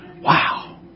Wow